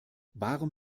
warum